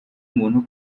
muntu